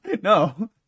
no